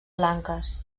blanques